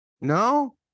No